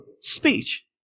speech